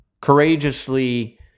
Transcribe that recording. courageously